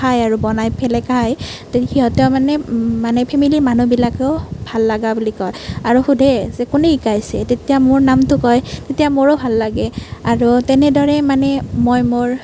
খায় আৰু বনাই পেলাই খায় সিহঁতে মানে মানে ফেমেলিৰ মানুহবিলাকেও ভাল লগা বুলি কয় আৰু সুধে যে কোনে শিকাইছে তেতিয়া মোৰ নামটো কয় তেতিয়া মোৰো ভাল লাগে আৰু তেনেদৰেই মানে মই মোৰ